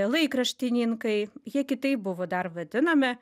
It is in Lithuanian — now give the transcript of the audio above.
laikraštininkai jie kitaip buvo dar vadinami